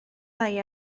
bai